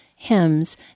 hymns